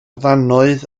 ddannoedd